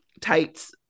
tights